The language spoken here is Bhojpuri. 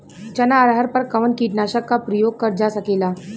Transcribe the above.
चना अरहर पर कवन कीटनाशक क प्रयोग कर जा सकेला?